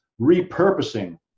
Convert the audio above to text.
repurposing